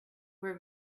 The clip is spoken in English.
were